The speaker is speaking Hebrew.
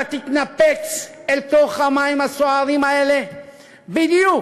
אתה תתנפץ אל תוך המים הסוערים האלה בדיוק,